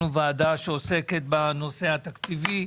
אנחנו ועדה שעוסקת בנושא התקציבי.